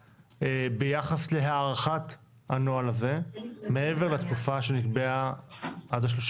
ביחס להארכת הנוהל הזה מעבר לתקופה שנקבעה עד ה-31